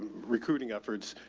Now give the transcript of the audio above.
recruiting efforts.